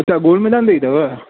हिते गोल मैदान ते ई अथव